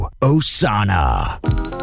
osana